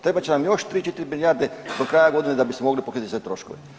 Trebat će nam još 3, 4 milijarde do kraja godine da bismo mogli pokriti sve troškove.